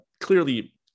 Clearly